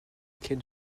quai